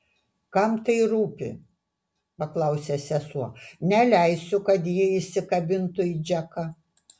kam tai rūpi paklausė sesuo neleisiu kad ji įsikabintų į džeką